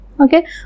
okay